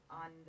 on